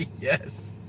Yes